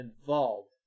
involved